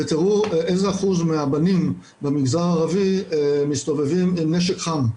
ותראו איזה אחוז מהבנים במגזר הערבי מסתובבים עם נשק חם,